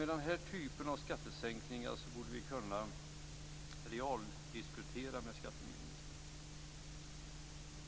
Med den här typen av skattesänkningar borde vi kunna realdiskutera med skatteministern.